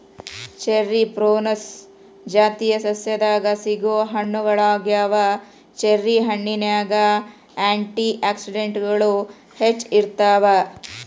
cherry prunus ಜಾತಿಯ ಸಸ್ಯದಾಗ ಸಿಗೋ ಹಣ್ಣುಗಳಗ್ಯಾವ, ಚೆರಿ ಹಣ್ಣಿನ್ಯಾಗ ಆ್ಯಂಟಿ ಆಕ್ಸಿಡೆಂಟ್ಗಳು ಹೆಚ್ಚ ಇರ್ತಾವ